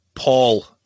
Paul